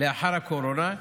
לאחר הקורונה,